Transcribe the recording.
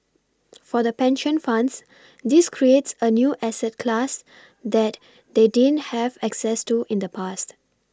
for the pension funds this creates a new asset class that they didn't have access to in the past